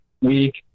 week